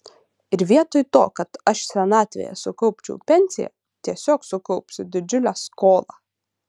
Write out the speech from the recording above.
ir vietoj to kad aš senatvėje sukaupčiau pensiją tiesiog sukaupsiu didžiulę skolą